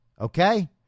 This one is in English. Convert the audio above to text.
Okay